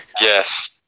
Yes